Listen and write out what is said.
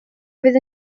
fydd